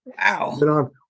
Wow